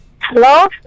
Hello